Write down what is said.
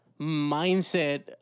mindset